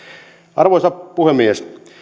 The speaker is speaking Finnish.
arvoisa puhemies